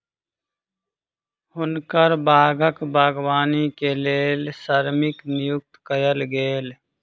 हुनकर बागक बागवानी के लेल श्रमिक नियुक्त कयल गेल